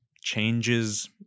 changes